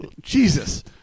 Jesus